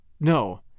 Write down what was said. No